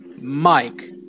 Mike